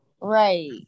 Right